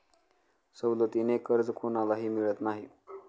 सवलतीचे कर्ज कोणालाही मिळत नाही